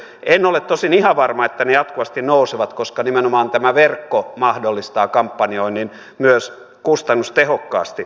en ole tosin ihan varma että ne jatkuvasti nousevat koska nimenomaan tämä verkko mahdollistaa kampanjoinnin myös kustannustehokkaasti